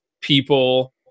people